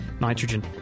nitrogen